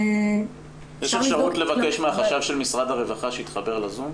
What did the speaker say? יש אפשרות לבקש מהחשב של משרד הרווחה שיתחבר לזום?